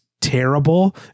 terrible